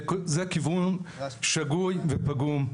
זה כיוון שגוי ופגום,